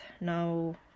no